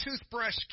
toothbrush